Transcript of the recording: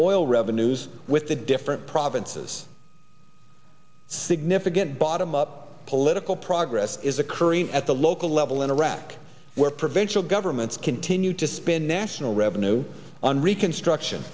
oil revenues with the different provinces significant bottom up political progress is occurring at the local level in iraq where provincial governments continue to spend national revenue on reconstruction